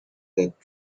that